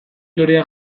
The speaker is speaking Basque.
lorea